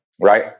right